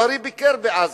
הוא הרי ביקר בעזה,